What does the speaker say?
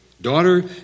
daughter